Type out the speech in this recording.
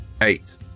Eight